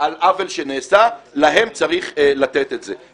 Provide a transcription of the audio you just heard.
על עוול שנעשה, להם צריך לתת את זה.